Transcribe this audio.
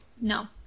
No